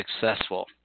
successful